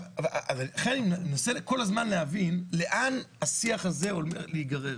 לכן אני מנסה כל הזמן להבין לאן השיח הזה הולך להיגרר.